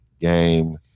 game